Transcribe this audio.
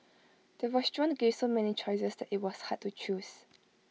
the restaurant gave so many choices that IT was hard to choose